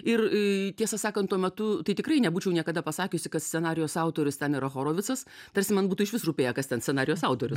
ir a tiesą sakant tuo metu tai tikrai nebūčiau niekada pasakiusi kad scenarijaus autorius ten yra horovicas tarsi man būtų išvis rūpėję kas ten scenarijaus autorius